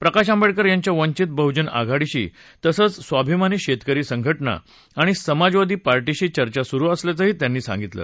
प्रकाश आंबेडकर यांच्या वंचित बहजन आघाडीशी तसंच स्वाभिमानी शेतकरी संघ जा आणि समाजवादी पार्शिशी चर्चा सुरु असल्याचं त्यांनी सांगितलं